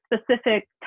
specific